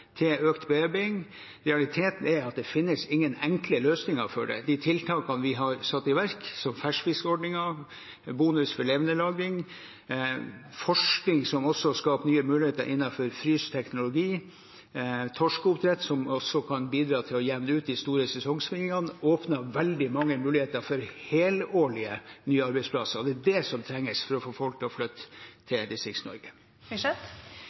til økt bearbeiding. Realiteten er at det finnes ingen enkle løsninger for det. De tiltakene vi har satt i verk, som ferskfiskordningen, bonus for levendelagring, forskning, som også skaper nye muligheter innenfor fryseteknologi, og torskeoppdrett, som kan bidra til å jevne ut de store sesongsvingningene, åpner veldig mange muligheter for helårige nye arbeidsplasser. Det er det som trengs for å få folk til å flytte